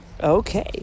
okay